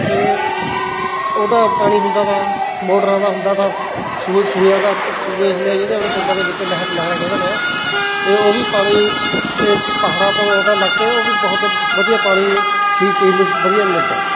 ਅਤੇ ਉਹਦਾ ਪਾਣੀ ਹੁੰਦਾ ਗਾ ਮੋਟਰਾਂ ਦਾ ਹੁੰਦਾ ਤਾਂ ਸੂਏ ਸੂਇਆਂ ਦਾ ਸੂਏ ਹੁੰਦੇ ਜਿਹੜੇ ਆਪਣੇ ਪਿੰਡਾਂ ਦੇ ਵਿੱਚ ਨਹਿਰ ਨਹਿਰਾਂ ਕਹਿ ਦਿੰਦੇ ਹਾਂ ਅਤੇ ਉਹ ਵੀ ਪਾਣੀ ਇਹ ਪਹਾੜਾਂ ਤੋਂ ਆਉਂਦਾ ਲੱਗ ਕੇ ਉਹ ਵੀ ਬਹੁਤ ਵਧੀਆ ਪਾਣੀ ਠੀਕ ਪੀਣ ਨੂੰ ਵਧੀਆ ਮਿਲਦਾ ਹੈ